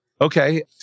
Okay